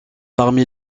parmi